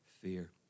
fear